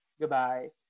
goodbye